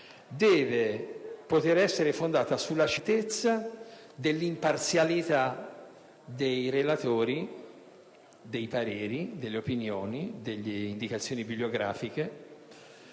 devono poter essere fondate sulla certezza dell'imparzialità degli estensori dei pareri, delle opinioni e delle indicazioni bibliografiche.